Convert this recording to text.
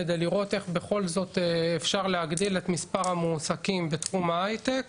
כדי לראות איך בכל זאת אפשר להגדיל את מספר המועסקים בתחום ההייטק.